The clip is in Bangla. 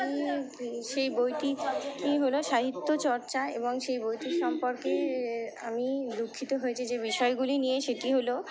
সেই বইটি হলো সাহিত্য চর্চা এবং সেই বইটি সম্পর্কে আমি দুঃখিত হয়েছি যে বিষয়গুলি নিয়ে সেটি হলো